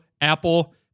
Apple